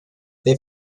they